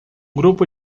grupo